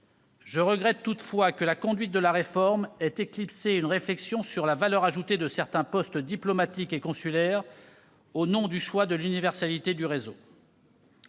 Je regrette toutefois que la conduite de la réforme ait éclipsé une réflexion sur la valeur ajoutée de certains postes diplomatiques et consulaires, au nom du choix de l'universalité du réseau.